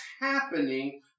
happening